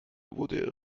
wurde